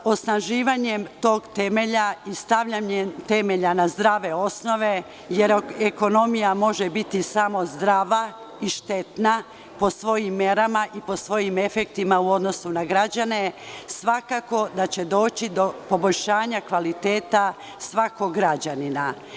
Osnaživanjem tog temelja i stavljanjem temelja na zdrave osnove, jer ekonomija može biti samo zdrava i štetna po svojim merama i po svojim efektima u odnosu na građane, svakako da će doći do poboljšanja kvaliteta svakog građanina.